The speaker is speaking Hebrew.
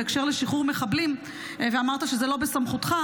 בהקשר של שחרור מחבלים ואמרת שזה לא בסמכותך.